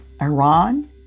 Iran